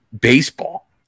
baseball